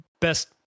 best